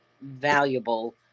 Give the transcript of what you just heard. valuable